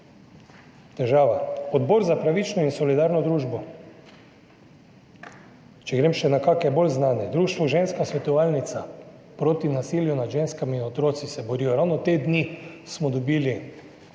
težava, Odbor za pravično in solidarno družbo, če grem še na kake bolj znane, društvo Ženska svetovalnica, borijo se proti nasilju nad ženskami in otroci, ravno te dni smo dobili